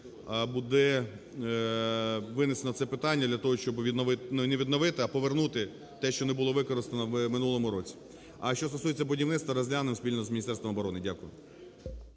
буде винесено це питання для того, щоб не відновити, а повернути те, що не було використано в минулому році. А що стосується будівництва, розглянемо спільно з Міністерством оборони. Дякую.